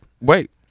wait